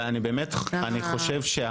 סיגל,